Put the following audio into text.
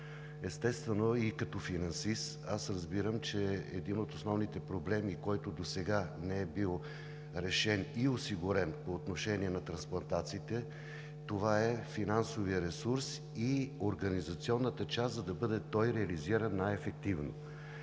Естествено, и като финансист аз разбирам, че един от основните проблеми, който досега не е бил решен и осигурен по отношение на трансплантациите, е финансовият ресурс и организационната част, за да бъде той реализиран най-ефективно,